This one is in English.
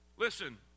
Listen